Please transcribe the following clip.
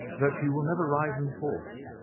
that you will never rise in the force.